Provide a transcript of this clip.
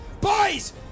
boys